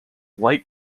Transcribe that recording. light